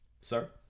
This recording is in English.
Sir